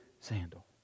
sandal